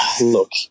look –